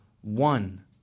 one